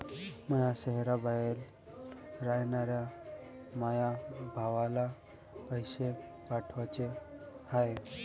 माया शैहराबाहेर रायनाऱ्या माया भावाला पैसे पाठवाचे हाय